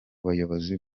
buyobozi